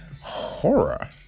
horror